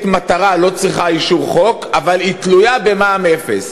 מחיר מטרה לא צריכה אישור אבל היא תלויה במע"מ אפס.